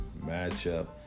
matchup